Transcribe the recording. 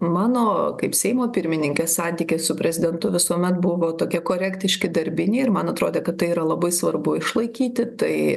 mano kaip seimo pirmininkės santykiai su prezidentu visuomet buvo tokie korektiški darbiniai ir man atrodė kad tai yra labai svarbu išlaikyti tai